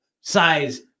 size